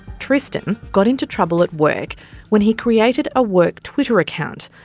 tristan got into trouble at work when he created a work twitter account,